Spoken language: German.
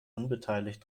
unbeteiligt